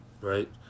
right